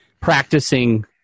practicing